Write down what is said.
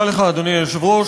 אדוני היושב-ראש,